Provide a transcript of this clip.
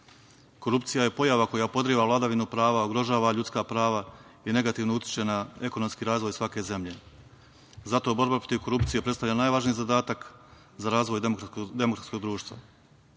lica. Korupcija je pojava koja podriva vladavinu prava, ugrožava ljudska prava i negativno utiče na ekonomski razvoj svake zemlje. Zato borba protiv korupcije predstavlja najvažniji zadatak za razvoj demokratskog društva.